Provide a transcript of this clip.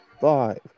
five